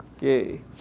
Yay